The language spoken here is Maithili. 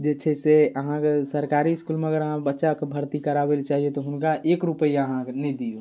जे छै से अहाँके सरकारी इसकुलमे अगर अहाँ बच्चाके भर्ती कराबैलए चाहिए तऽ हुनका एक रुपैआ अहाँ नहि दिऔ